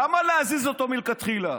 למה להזיז אותו מלכתחילה?